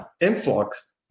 influx